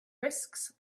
risks